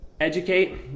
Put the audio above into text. educate